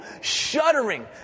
shuddering